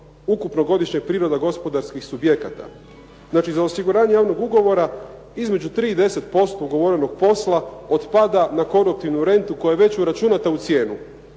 ukupnog godišnjeg prihoda gospodarskih subjekata, znači za osiguranje javnog ugovora između 3 i 10% ugovorenog posla otpada na koruptivnu rentu koja je već uračunata u cijenu.